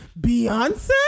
Beyonce